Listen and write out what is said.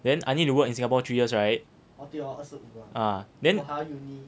then I need to work in singapore three years right ah then